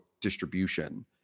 distribution